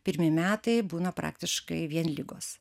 pirmi metai būna praktiškai vien ligos